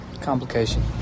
Complication